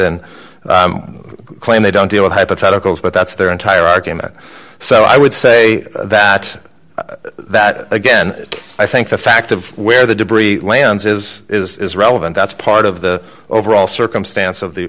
and claim they don't deal with hypotheticals but that's their entire argument so i would say that that again i think the fact of where the debris lands is is relevant that's part of the overall circumstance of the